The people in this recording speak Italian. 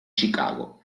chicago